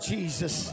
Jesus